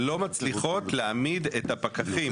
לא מצליחות להעמיד את הפקחים,